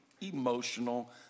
emotional